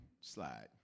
slide